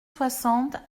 soixante